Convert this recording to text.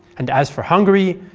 and as for hungary,